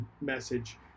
message